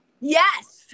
Yes